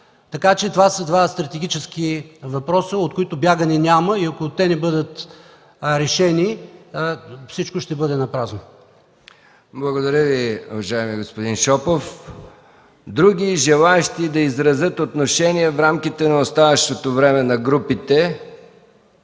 грешка. Това са два стратегически въпроса, от които бягане няма, и ако те не бъдат решени, всичко ще бъде напразно. ПРЕДСЕДАТЕЛ МИХАИЛ МИКОВ: Благодаря Ви, уважаеми господин Шопов. Други желаещи да изразят отношение в рамките на оставащото време на групите?